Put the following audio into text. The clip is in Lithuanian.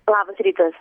labas rytas